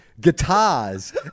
guitars